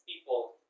people